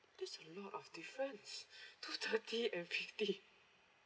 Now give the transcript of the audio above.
that's a lot of difference two thirty and fifty